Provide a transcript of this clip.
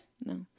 No